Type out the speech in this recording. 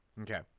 Okay